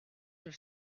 have